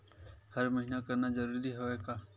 हर महीना करना जरूरी हवय का?